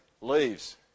leaves